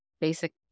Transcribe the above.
basic